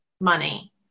money